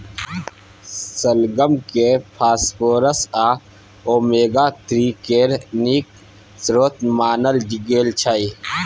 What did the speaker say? शलगम केँ फास्फोरस आ ओमेगा थ्री केर नीक स्रोत मानल गेल छै